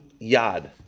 Yad